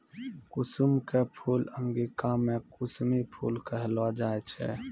कुसुम के फूल कॅ अंगिका मॅ कुसमी फूल कहलो जाय छै